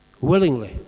willingly